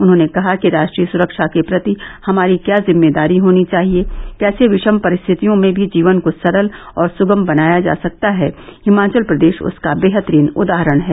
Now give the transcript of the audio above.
उन्होंने कहा कि राष्ट्रीय सुरक्षा के प्रति हमारी क्या जिम्मेदारी होनी चाहिए कैसे विषम परिस्थितियों में भी जीवन को सरल और सुगम बनाया जा सकता है हिमाचल प्रदेश उसका बेहतरीन उदाहरण है